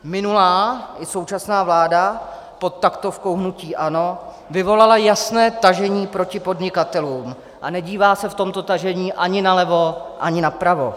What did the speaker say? Minulá i současná vláda pod taktovkou hnutí ANO vyvolala jasné tažení proti podnikatelům a nedívá se v tomto tažení ani nalevo, ani napravo.